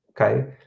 Okay